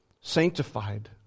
sanctified